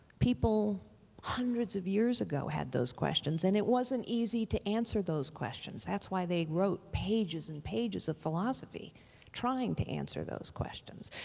people hundreds of years ago had those questions and it wasn't easy to answer those questions, that's why they wrote pages and pages of philosophy trying to answer those questions.